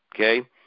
okay